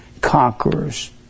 conquerors